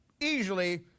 easily